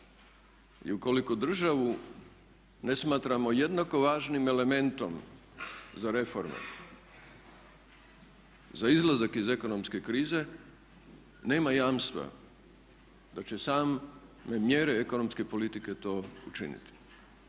i ukoliko državu ne smatramo jednako važnim elementom za reforme, za izlazak iz ekonomske krize nema jamstva da će same mjere ekonomske politike to učiniti.